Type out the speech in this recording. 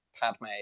Padme